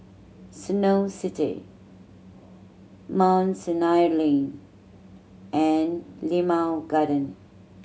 Snow City Mount Sinai Lane and Limau Garden